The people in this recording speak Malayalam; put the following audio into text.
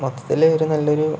മൊത്തത്തില് ഒരു നല്ലൊരു